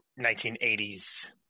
1980s